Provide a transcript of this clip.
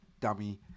dummy